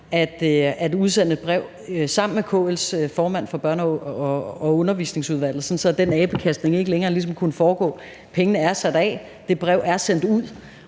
at udsende et brev sammen med formanden for KL's Børne- og Undervisningsudvalg, sådan at den abekastning ligesom ikke længere kunne foregå. Pengene er sat af, det brev er sendt ud,